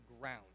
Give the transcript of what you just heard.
ground